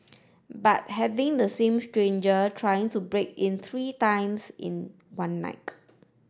but having the same stranger trying to break in three times in one night